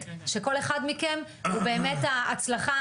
שכל אחד מכם הוא באמת ההצלחה,